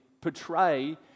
portray